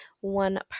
one